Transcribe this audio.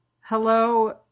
hello